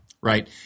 Right